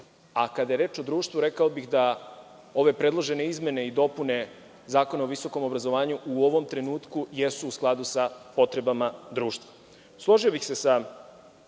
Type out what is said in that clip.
Kada je reč o društvu, rekao bih da ove predložene izmene i dopune Zakona o visokom obrazovanju u ovom trenutku jesu u skladu sa potrebama društva. Složio bih se sa